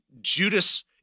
Judas